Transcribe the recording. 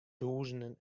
tûzenen